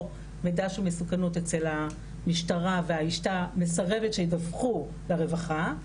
או מידע של מסוכנות אצל המשטרה והאישה מסרבת שידווחו לרווחה.